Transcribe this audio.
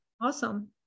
Awesome